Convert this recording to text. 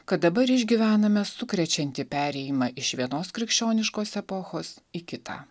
kad dabar išgyvename sukrečiantį perėjimą iš vienos krikščioniškos epochos į kitą